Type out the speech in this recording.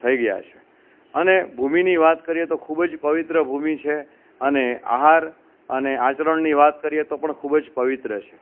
થઈ ગયા છે અને ભૂમિની વાત કરીએ તો ખૂબ જ પવિત્ર ભૂમિ છે અને આહાર અને આચરણની વાત કરીએ તો પણ ખૂબ જ પ્રવિત્ર છે